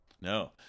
No